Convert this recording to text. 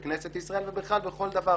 בכנסת ישראל ובכלל בכל דבר.